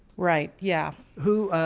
right? yeah. who?